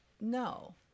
no